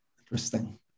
Interesting